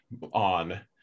on